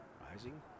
Rising